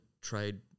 trade